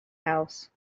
house